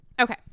okay